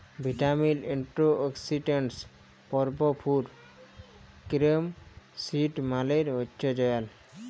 vitamin, antioxidants এ ভরপুর carom seed মালে হচ্যে জয়াল